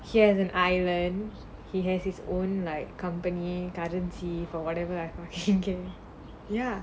here's an island he has his own like company currency for whatever I can ya